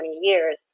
years